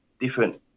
different